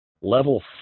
level